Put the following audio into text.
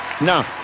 now